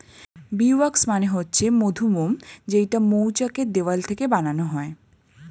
bee wax মানে হচ্ছে মধুমোম যেইটা মৌচাক এর দেওয়াল থেকে বানানো হয়